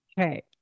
Okay